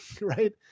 right